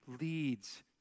leads